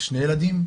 שני ילדים,